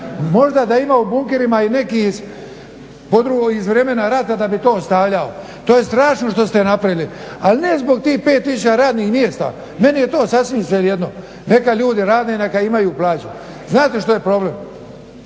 možda da ima u bunkerima i neki iz vremena rata da bi to stavljao. To je strašno što ste napravili, ali ne zbog tih pet tisuća radnih mjesta, meni je to sasvim svejedno, neka ljudi rade i neka imaju plaću. Znate što je problem,